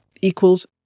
equals